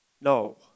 No